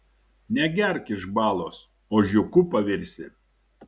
negerk iš balos ožiuku pavirsi